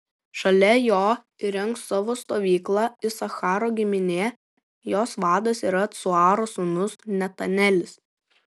šalia jo įrengs savo stovyklą isacharo giminė jos vadas yra cuaro sūnus netanelis